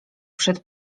przed